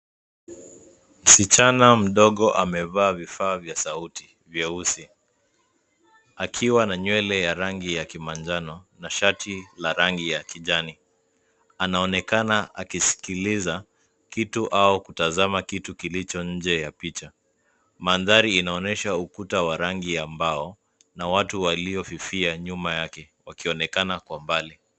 Msichana mdogo amevaa vifaa vya sauti vyeusi akiwa na nywele ya rangi ya kimanjano na shati ya rangi ya kijani anaonekana akisikiliza kitu au kutazama kitu kilicho nje ya picha. Mandhari inaonyesha ukuta wa rangi ya mbao na watu walio fifia nyuma yake wakionekana kwa mbali.